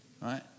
Right